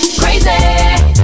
crazy